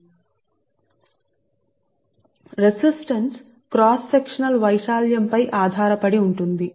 కాబట్టి నేను కోర్సు యొక్క రెసిస్టన్స్ సరిగ్గా గుర్తుచేసుకుంటే అది క్రాస్ సెక్షనల్ ఏరియా ప్రాంతంపై ఆధారపడి ఉంటుంది